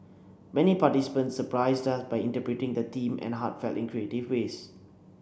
many participants surprised us by interpreting the theme in heartfelt and creative ways